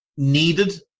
Needed